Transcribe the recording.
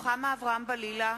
(קוראת בשמות חברי הכנסת) רוחמה אברהם-בלילא,